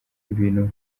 ibintu